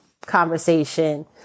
conversation